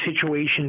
situation